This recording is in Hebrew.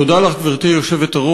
תודה לך, גברתי היושבת-ראש.